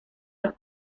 los